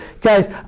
guys